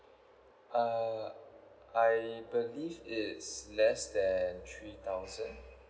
uh I believe it's less than three thousand